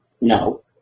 No